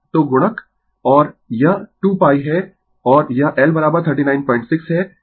तो गुणक और यह 2 पाई है और यह L 396 है